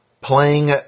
playing